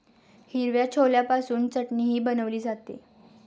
हिरव्या छोल्यापासून चटणीही बनवली जाते